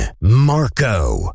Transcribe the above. Marco